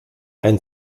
ein